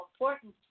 important